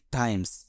times